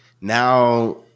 now